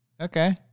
Okay